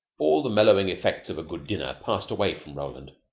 all the mellowing effects of a good dinner passed away from roland.